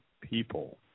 people